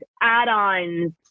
add-ons